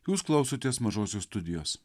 jūs klausotės mažosios studijos